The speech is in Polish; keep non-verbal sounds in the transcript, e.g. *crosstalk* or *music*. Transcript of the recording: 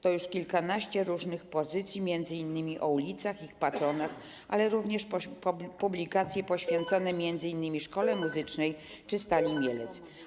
To już kilkanaście różnych pozycji, m.in. o ulicach i ich patronach, jak również publikacje poświęcone *noise* m.in. szkole muzycznej czy Stali Mielec.